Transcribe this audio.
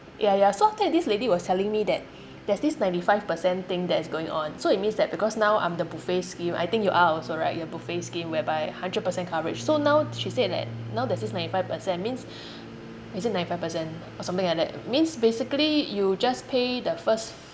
ya ya so after that this lady was telling me that there's this ninety five percent thing that is going on so it means that because now I'm the buffet scheme I think you are also right you're buffet scheme whereby hundred percent encourage so now she said that now there's this ninety five percent means is it ninety five percent or something like that means basically you just pay the first